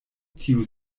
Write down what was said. tiu